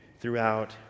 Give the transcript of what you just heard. throughout